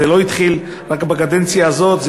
זה לא התחיל בקדנציה הזאת,